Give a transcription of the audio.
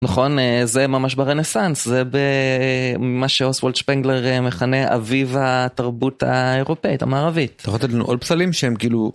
נכון, זה ממש ברנסנס, זה במה שאוסוולד שפנגלר מכנה, אביו התרבות האירופאית, המערבית. אתה רוצה לתת לנו עוד פסלים שהם כאילו...